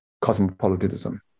cosmopolitanism